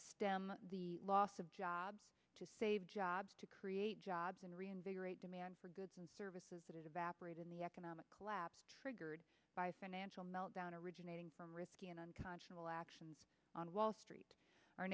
stem the loss of jobs to save jobs to create jobs and reinvigorate demand for goods and services that evaporate in the economic collapse triggered by a financial meltdown originating from risk in unconscionable action on wall street o